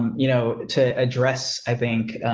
you know, to address. i think